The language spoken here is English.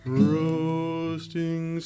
roasting